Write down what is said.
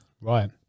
Right